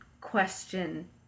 question